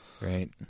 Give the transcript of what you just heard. Right